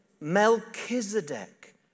Melchizedek